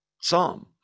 psalm